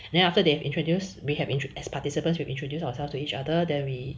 and then after they have introduced we have intrude as participants we have introduced ourselves to each other then we